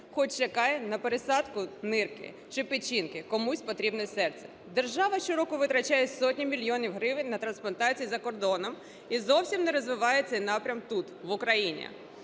Хтось чекає на пересадку нирки чи печінки, комусь потрібне серце. Держава щороку витрачає сотні мільйонів гривень на трансплантацію за кордоном і зовсім не розвиває цей напрям тут в Україні.